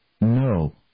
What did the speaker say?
no